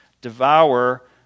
devour